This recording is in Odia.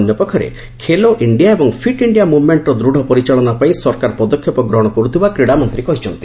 ଅନ୍ୟପକ୍ଷରେ ଖେଲୋ ଇଣ୍ଡିଆ ଏବଂ ଫିଟ୍ ଇଣ୍ଡିଆ ମୁଭ୍ମେଷ୍ଟ୍ର ଦୂଢ଼ ପରିଚାଳନା ପାଇଁ ସରକାର ପଦକ୍ଷେପ ଗ୍ରହଣ କରୁଥିବା କିଡ଼ାମନ୍ତ୍ରୀ କହିଚ୍ଛନ୍ତି